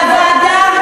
שהוא ראוי, והוועדה,